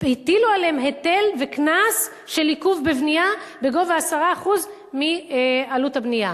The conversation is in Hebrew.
הטילו עליהם היטל וקנס של עיכוב בבנייה בגובה 10% מעלות הבנייה